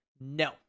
No